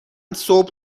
صبح